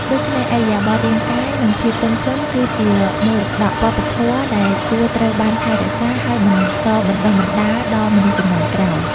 ដូច្នេះ ឥរិយាបថរាងកាយ និងភាពទន់ភ្លន់គឺជាមរតកវប្បធម៌ដែលគួរត្រូវបានថែរក្សា ហើយបន្តបណ្ដុះបណ្ដាលដល់មនុស្សជំនាន់ក្រោយ។